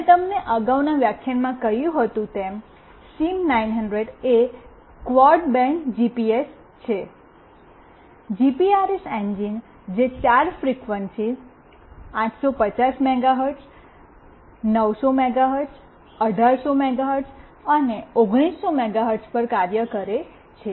મેં તમને અગાઉના વ્યાખ્યાનમાં કહ્યું હતું તેમ સિમ 900 એ ક્વાડ બેન્ડ જીપીએસ છે જીપીઆરએસ એન્જિન જે ચાર ફ્રીક્વન્સીઝ 850 મેગાહર્ટ્ઝ 900 મેગાહર્ટ્ઝ 1800 મેગાહર્ટ્ઝ અને 1900 મેગાહર્ટ્ઝ પર કાર્ય કરે છે